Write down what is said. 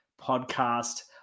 podcast